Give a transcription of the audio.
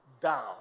down